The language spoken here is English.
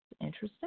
Interesting